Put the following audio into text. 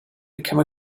become